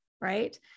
right